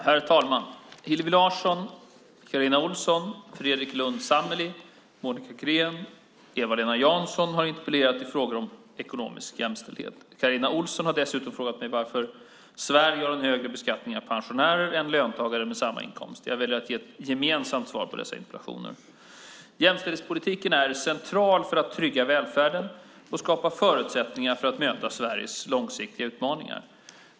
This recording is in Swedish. Herr talman! Hillevi Larsson, Carina Ohlsson, Fredrik Lundh Sammeli, Monica Green och Eva-Lena Jansson har interpellerat i frågor om ekonomisk jämställdhet. Carina Ohlsson har dessutom frågat mig varför Sverige har en högre beskattning av pensionärer än löntagare med samma inkomst. Jag väljer att ge ett gemensamt svar på dessa interpellationer. Jämställdhetspolitiken är central för att trygga välfärden och skapa förutsättningar för att möta Sveriges långsiktiga utmaningar.